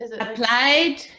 applied